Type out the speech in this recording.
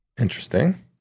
Interesting